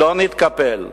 לא נתקפל.